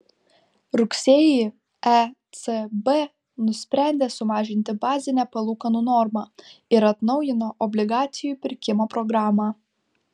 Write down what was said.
rugsėjį ecb nusprendė sumažinti bazinę palūkanų normą ir atnaujino obligacijų pirkimo programą